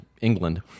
England